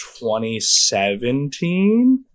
2017